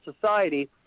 society